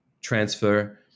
transfer